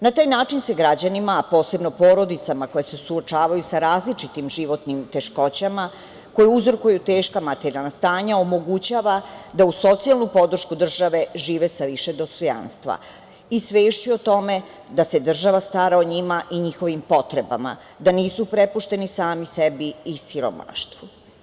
Na taj način se građanima, a posebno porodicama koje se suočavaju sa različitim životnim teškoćama, koja uzrokuju teška materijalna stanja, omogućava da uz socijalnu podršku države žive sa više dostojanstva i svešću o tome da se država stara o njima i njihovim potrebama, da nisu prepušteni sami sebi i siromaštvu.